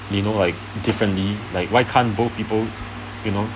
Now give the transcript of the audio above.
you know like differently like why can't both people you know